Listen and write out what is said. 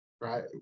right